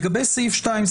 לגבי סעיף 2,